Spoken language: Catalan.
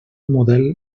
model